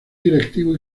directivo